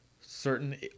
certain